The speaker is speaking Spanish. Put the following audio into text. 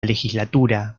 legislatura